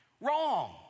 Wrong